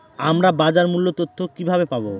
আমরা বাজার মূল্য তথ্য কিবাবে পাবো?